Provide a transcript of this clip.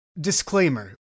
Disclaimer